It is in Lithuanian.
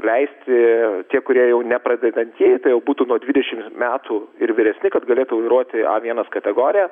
leisti tie kurie jau ne pradedantieji tai būtų nuo dvidešimt metų ir vyresni kad galėtų vairuoti a vienas kategoriją